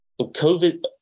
COVID